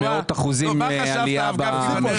כשהייתה עלייה של 20% -- אורית,